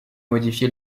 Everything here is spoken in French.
modifié